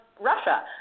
Russia